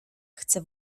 chcę